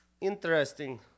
Interesting